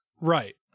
Right